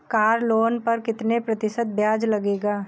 Car loan पर कितने प्रतिशत ब्याज लगेगा?